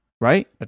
right